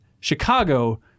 Chicago